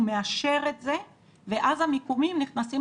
הוא מאשר את זה ואז המיקומים נכנסים